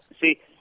See